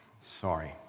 Sorry